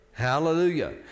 Hallelujah